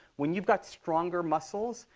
when you've got stronger muscles,